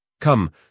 come